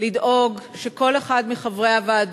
לדאוג שכל אחד מחברי הוועדות,